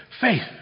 faith